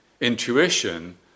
intuition